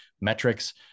metrics